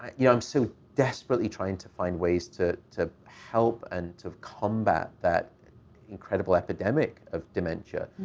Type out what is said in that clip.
you know, i'm so desperately trying to find ways to to help and to combat that incredible epidemic of dementia.